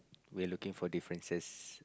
we're looking for differences